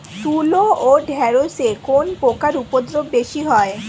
তুলো ও ঢেঁড়সে কোন পোকার উপদ্রব বেশি হয়?